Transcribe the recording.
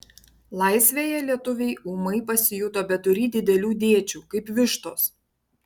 laisvėje lietuviai ūmai pasijuto beturį didelių dėčių kaip vištos